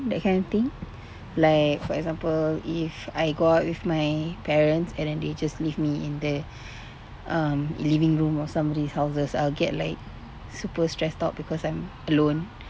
that kind of thing like for example if I go out with my parents and then they just leave me in the um living room or somebody's houses I'll get like super stressed out because I'm alone